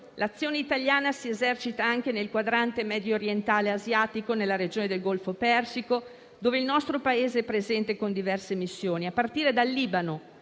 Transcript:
l'azione italiana si esercita anche nel quadrante mediorientale asiatico nella regione del Golfo persico, dove il nostro Paese è presente con diverse missioni, a partire dal Libano,